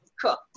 cool